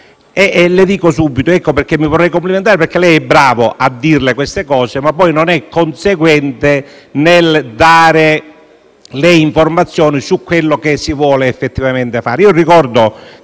Le dico subito, dunque, che mi vorrei complimentare perché lei è bravo a dire queste cose, ma poi non è conseguente nel dare le informazioni su quanto si vuole effettivamente fare.